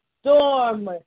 storm